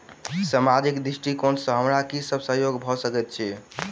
सामाजिक दृष्टिकोण सँ हमरा की सब सहयोग भऽ सकैत अछि?